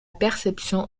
perception